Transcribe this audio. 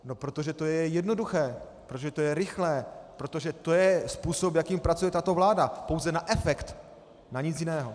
No protože to je jednoduché, protože to je rychlé, protože to je způsob, jakým pracuje tato vláda pouze na efekt, na nic jiného.